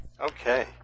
Okay